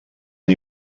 una